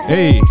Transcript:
Hey